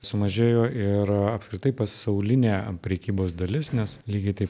sumažėjo ir apskritai pasaulinė prekybos dalis nes lygiai taip